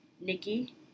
Nikki